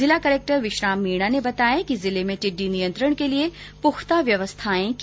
जिला कलक्टर विश्राम मीणा ने बताया कि जिले में टिड्डी नियंत्रण के लिए पुख्ता व्यवस्थाएं की जा रही है